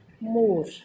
More